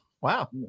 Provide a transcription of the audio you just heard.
Wow